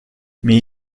mais